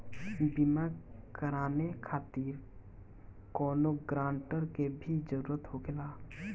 बीमा कराने खातिर कौनो ग्रानटर के भी जरूरत होखे ला?